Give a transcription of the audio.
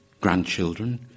grandchildren